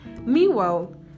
Meanwhile